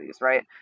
right